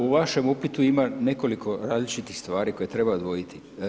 U vašem upitu ima nekoliko različitih stvari koje treba odvojiti.